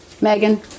Megan